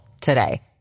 today